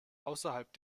außerhalb